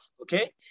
okay